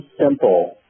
simple